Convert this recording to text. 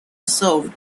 served